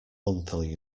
monthly